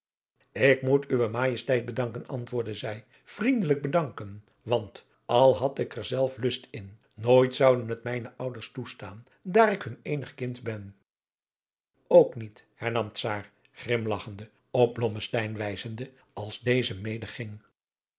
ik moet uwe majesteit bedanken antwoordde zij vriendelijk bedanken want al had ik er zelf lust in nooit zouden het mijne ouders toestaan daar ik hun eenig kind ben ook niet hernamde czaar grimlagchende op blommesteyn wijzende als deze